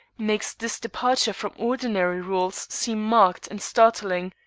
makes this departure from ordinary rules seem marked and startling.